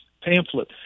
pamphlet